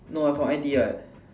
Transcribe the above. no I from I_T_E [what]